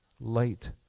light